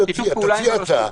תציע הצעה,